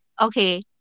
Okay